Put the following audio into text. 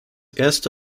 erste